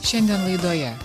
šiandien laidoje